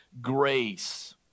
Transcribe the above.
grace